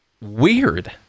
weird